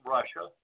Russia